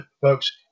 folks